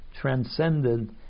transcended